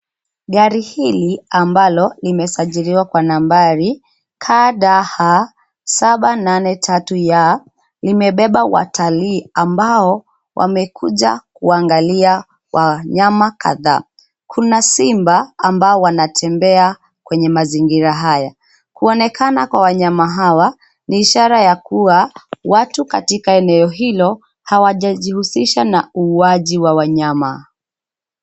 Gari hili ambalo limesajiliwa kwa nambari KDH 783Y , limebeba watalii ambao wamekuja kuangalia wanyama kadhaa. Kuna simba ambao wanatembea kwenye mazingira haya. Kuonekana kwa wanyama hawa ni ishara ya kuwa watu katika eneo hilo, hawajajihusisha na uuwaji wa wanyama.